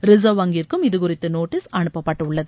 reserve வங்கிற்கும் இது குறித்து நோட்டீஸ் அனுப்பப்பட்டுள்ளது